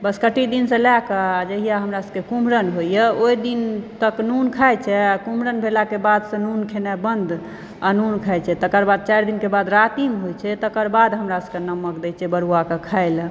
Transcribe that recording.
बस्कट्टी दिनसँ लयकऽ जहिआ हमरा सभके कुमरन होइए ओहि दिन तक नून खाइ छै आ कुमरम भेलाकऽ बादसँ नून खेनाइ बन्द अनून खाइत छै तकर बाद चारि दिनके बाद रातिम होइ छै तकर बाद हमरा सभक नमक दय छै बडुवा सभक खाइलऽ